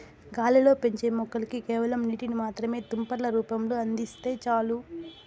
గాలిలో పెంచే మొక్కలకి కేవలం నీటిని మాత్రమే తుంపర్ల రూపంలో అందిస్తే చాలు